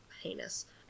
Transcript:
heinous